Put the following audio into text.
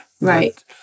Right